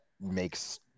makes